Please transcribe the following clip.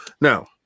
Now